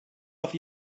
auf